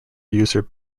user